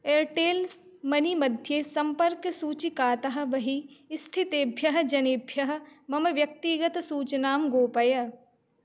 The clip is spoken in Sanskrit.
एर्टेल्स् मनी मध्ये सम्पर्कसूचिकातः बहिः स्थितेभ्यः जनेभ्यः मम व्यक्तिगतसूचनां गोपय